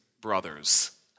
brothers